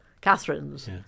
Catherine's